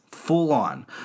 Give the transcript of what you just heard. full-on